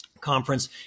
Conference